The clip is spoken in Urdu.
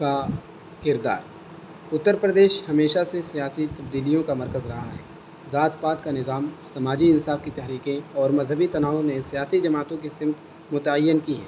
کا کردار اتر پردیش ہمیشہ سے سیاسی تبدیلیوں کا مرکز رہا ہے ذات پات کا نظام سماجی انصاف کی تحریکیں اور مذہبی تناؤ نے سیاسی جماعتوں کی سمت متعین کی ہیں